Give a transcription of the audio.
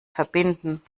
verbinden